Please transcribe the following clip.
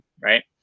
right